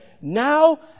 now